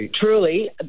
truly